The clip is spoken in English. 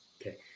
Okay